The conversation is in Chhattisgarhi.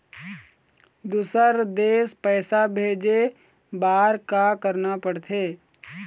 दुसर देश पैसा भेजे बार का करना पड़ते?